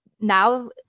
now